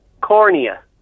Cornea